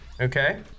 Okay